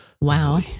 Wow